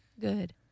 good